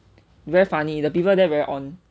very funny the people there very on